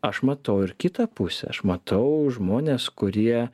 aš matau ir kitą pusę aš matau žmones kurie